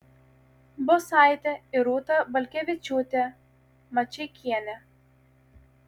bosaitė ir rūta balkevičiūtė mačeikienė